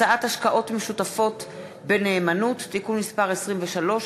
הצעת השקעות משותפות בנאמנות (תיקון מס' 23),